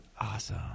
Awesome